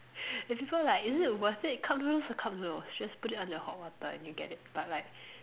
the people like is it worth it cup noodles are cup noodles just put it under the hot water and you get it but like